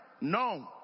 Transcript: no